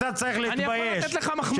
אתה צריך להתבייש --- אני יכול לתת לך מחמאה?